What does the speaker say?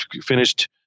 finished